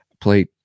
played